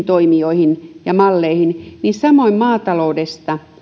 toimijoihin ja malleihin samoin maataloudesta